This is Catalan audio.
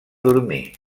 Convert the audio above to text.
dormir